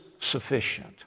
sufficient